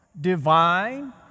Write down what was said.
divine